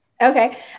Okay